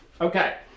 Okay